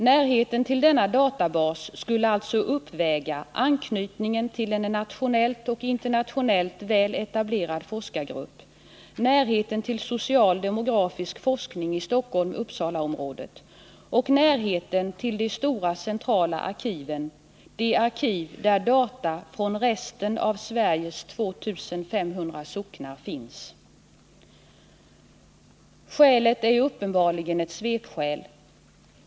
Närheten till denna databas skulle alltså uppväga anknytningen till en nationellt och internationellt väl etablerad forskargrupp, närheten till social demografisk forskning i Stockholm-Uppsala-området och närheten till de stora centrala arkiven — arkiv med data från resten av Sveriges 2 500 socknar. Skälet är uppenbarligen ett svepskäl.